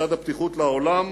בצד הפתיחות לעולם